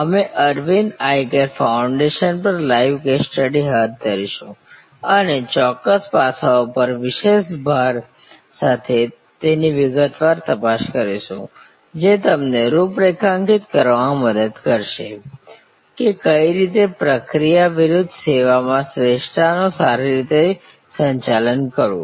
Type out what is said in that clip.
અમે Aravind eye care foundation પર live case study હાથ ધરીશું અને ચોક્કસ પાસાઓ પર વિશેષ ભાર સાથે તેની વિગતવાર તપાસ કરીશું જે તમને રૂપરેખાંકિત કરવામાં મદદ કરશે કે કઈ રીતે પ્રક્રિયા વિરુદ્ધ સેવા માં શ્રેષ્ઠતા નું સારી રીતે સંચાલન કરવું